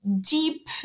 Deep